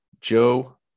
Joe